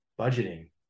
budgeting